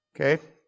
Okay